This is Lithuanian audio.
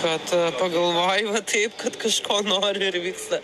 kad pagalvoji va taip kad kažko nori ir įvyksta